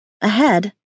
Ahead